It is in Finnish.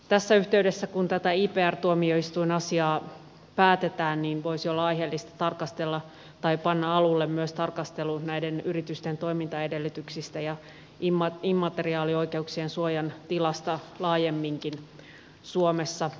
tässä yhteydessä kun tätä ipr tuomioistuin asiaa päätetään voisi olla aiheellista panna alulle myös tarkastelu näiden yritysten toimintaedellytyksistä ja immateriaalioikeuksien suojan tilasta laajemminkin suomessa